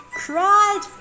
cried